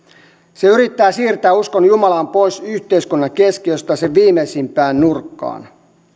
se yrittää siirtää uskon jumalaan pois yhteiskunnan keskiöstä sen viimeisimpään nurkkaan